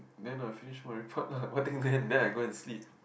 then I finish my part lah then then I go and sleep